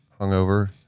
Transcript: hungover